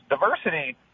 diversity